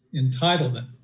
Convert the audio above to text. entitlement